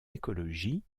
écologie